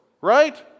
right